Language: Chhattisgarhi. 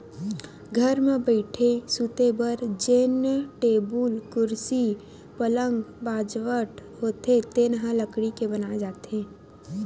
घर म बइठे, सूते बर जेन टेबुल, कुरसी, पलंग, बाजवट होथे तेन ह लकड़ी के बनाए जाथे